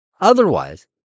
Otherwise